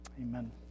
Amen